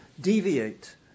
deviate